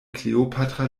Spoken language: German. kleopatra